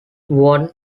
won